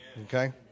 Okay